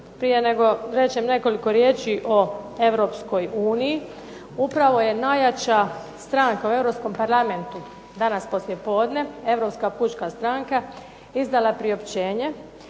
Prije nego rečem nekoliko riječi o Europskoj uniji upravo je najjača stranka u Europskom parlamentu danas poslije podne Europska pučka stranka izdala priopćenje